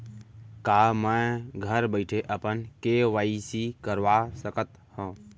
का मैं घर बइठे अपन के.वाई.सी करवा सकत हव?